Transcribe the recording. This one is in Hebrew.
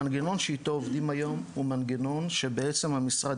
המנגנון שאיתו עובדים היום הוא מנגנון שבעצם המשרד